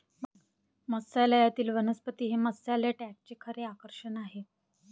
मत्स्यालयातील वनस्पती हे मत्स्यालय टँकचे खरे आकर्षण आहे